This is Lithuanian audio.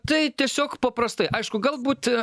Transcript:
tai tiesiog paprastai aišku galbūt